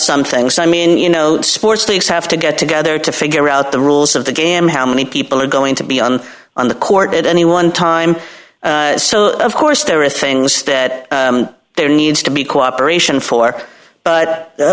some things i mean you know sports leagues have to get together to figure out the rules of the game how many people are going to be on on the court at any one time so of course there are things that there needs to be cooperation for but